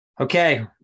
Okay